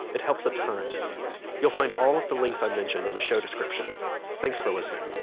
it helps a ton you'll find all of the links i mentioned in the show description thanks for listening